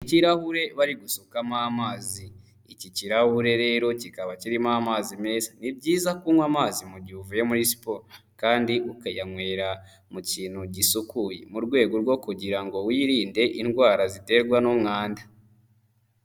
Ikirahure bari gusukamo amazi. Iki kirahure rero kikaba kirimo amazi meza. Ni byiza kunywa amazi mu gihe uvuye muri siporo kandi ukayanywera mu kintu gisukuye. Mu rwego rwo kugira ngo wirinde indwara ziterwa n'umwanda.